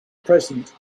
present